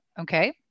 okay